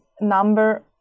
number